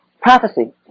prophecy